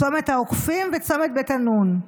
צומת העוקפים וצומת בית ענון.